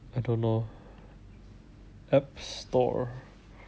I don't know app store